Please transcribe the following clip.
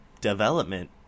development